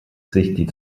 sich